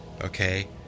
okay